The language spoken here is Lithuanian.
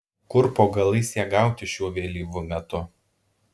kur po galais ją gauti šiuo vėlyvu metu